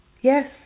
yes